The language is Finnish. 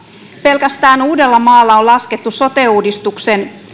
pelkästään uudellamaalla on laskettu sote uudistuksen